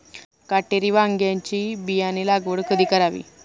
काटेरी वांग्याची बियाणे लागवड कधी करावी?